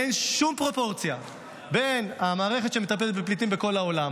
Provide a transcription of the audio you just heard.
אין שום פרופורציה בין המערכת שמטפלת בפליטים בכל העולם